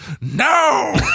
no